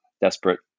desperate